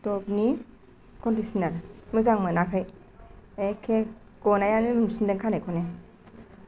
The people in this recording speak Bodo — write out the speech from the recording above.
दभनि कनडिसनार मोजां मोनाखै एखे गनायानो मोनफिनदों खानायखौनो